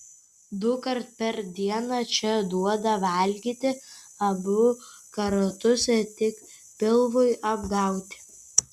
dukart per dieną čia duoda valgyti abu kartus tik pilvui apgauti